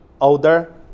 older